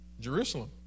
Jerusalem